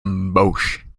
emotion